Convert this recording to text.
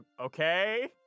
Okay